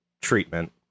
treatment